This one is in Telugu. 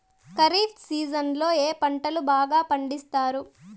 ఖరీఫ్ సీజన్లలో ఏ పంటలు బాగా పండిస్తారు